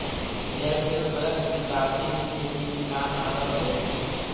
भेंड़ से उर्वरक की प्राप्ति भी खेती में काम आवअ हई